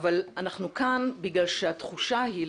אבל אנחנו כאן בגלל שהתחושה היא,